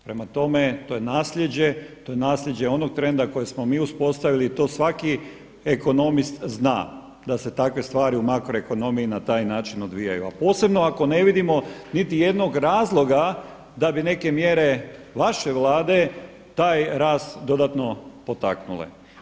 Prema tome, to je nasljeđe, to je nasljeđe onog trenda koje smo mi uspostavili, to svaki ekonomist zna da se takve stvari u makroekonomiji na taj način odvijaju, a posebno ako ne vidimo niti jednog razloga da bi neke mjere vaše Vlade taj rast dodatno potaknule.